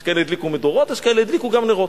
יש כאלה שהדליקו מדורות, יש כאלה שהדליקו גם נרות.